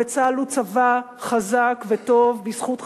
וצה"ל הוא צבא חזק וטוב בזכות חייליו,